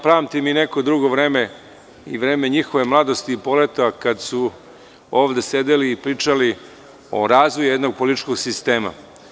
Pamtim i neko drugo vreme i vreme njihove mladosti i poleta, kada su ovde sedeli i pričali o razvoju jednog političkog sistema.